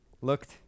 looked